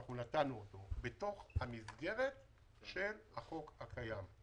נתנו אותו בתוך המסגרת של החוק הקיים.